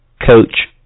Coach